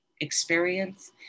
experience